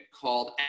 called